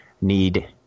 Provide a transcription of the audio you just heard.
need